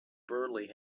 burley